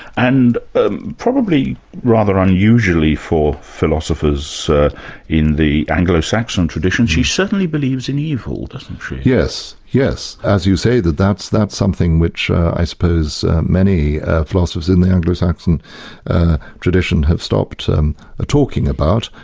and probably rather unusually for philosophers in the anglo saxon tradition, she certainly believes in evil, doesn't she? yes. yes, as you say, that's that's something which i suppose many philosophers in the anglo saxon tradition have stopped um talking about,